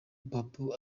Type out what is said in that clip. babou